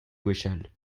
gwechall